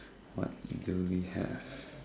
what do we have